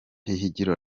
higiro